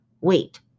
Wait